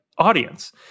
audience